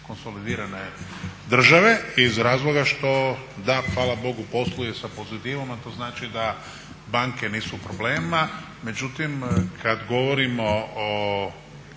konsolidirane države iz razloga što DAB fala Bogu posluje sa pozitivom a to znači da banke nisu u problemima. Međutim kad govorimo o